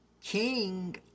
king